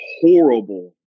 horrible